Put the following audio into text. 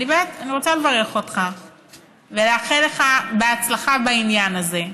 אני רוצה לברך אותך ולאחל לך הצלחה בעניין הזה,